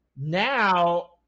Now